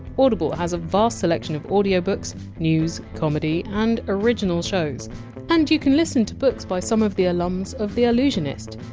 audible has a vast selection of audiobooks, news, comedy and original shows and you can listen to books by some of the alums of the allusionist.